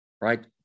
right